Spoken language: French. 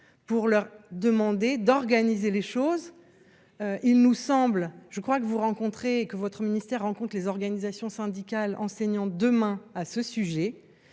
pour leur demander d'organiser les choses, il nous semble, je crois que vous rencontrez que votre ministère en compte les organisations syndicales enseignants demain à ce sujet,